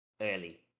early